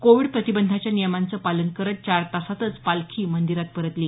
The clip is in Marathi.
कोविड प्रतिबंधाच्या नियमांचं पालन करत चार तासांतच पालखी मंदिरात परतली